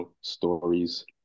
stories